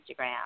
Instagram